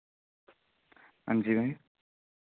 हांजी